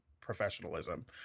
professionalism